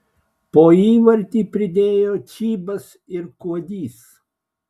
po įvartį pridėjo čybas ir kuodys